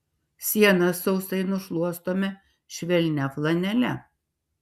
sienas sausai nušluostome švelnia flanele